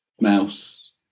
mouse